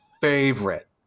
favorite